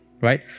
right